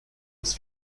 das